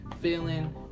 feeling